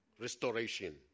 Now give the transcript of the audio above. Restoration